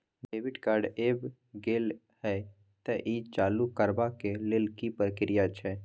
Debit card ऐब गेल हैं त ई चालू करबा के लेल की प्रक्रिया छै?